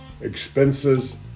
expenses